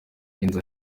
inzu